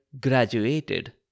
graduated